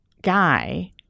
guy